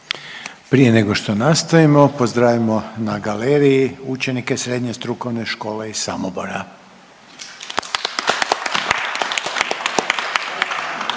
Prije nego što nastavimo, pozdravimo na galeriji učenike Srednje strukovne škole iz Samobora.